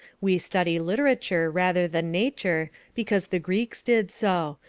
we study literature rather than nature because the greeks did so,